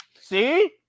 See